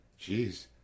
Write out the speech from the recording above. Jeez